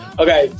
okay